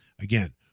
Again